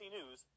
News